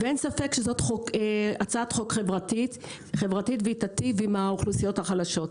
ואין ספק שזו הצעת חוק חברתית והיא תיטיב עם האוכלוסיות החלשות,